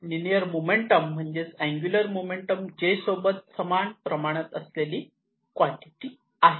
linear momentum म्हणजेच angular momentum J सोबत समान प्रमाणात असलेली कॉन्टिटी आहे